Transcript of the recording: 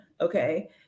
Okay